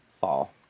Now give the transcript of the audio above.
fall